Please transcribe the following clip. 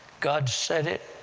god said it,